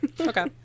okay